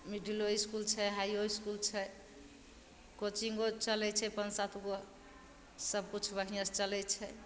मिडिलो school छै हाइयो school छै कोचिंगो चलय छै पाँच सात गो सब किछु बढियेंसँ चलय छै